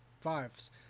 fives